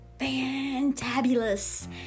fantabulous